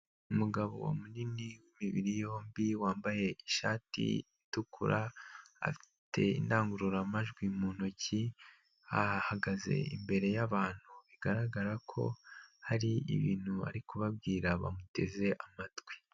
Umugabo munini wimibiri yombi wambaye ishati itukura, afite indangururamajwi mu ntoki, ahagaze imbere yabantu bigaragara ko hari ibintu ari kubabwira bamuteze amatwi.